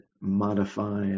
modify